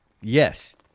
yes